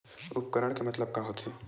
उपकरण के मतलब का होथे?